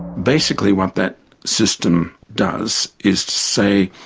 basically what that system does is to say,